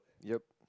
yup